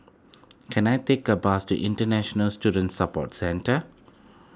can I take a bus to International Student Support Centre